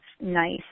nice